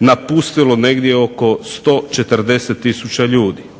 napustilo negdje oko 140000 ljudi.